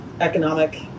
economic